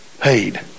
paid